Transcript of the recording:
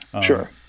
sure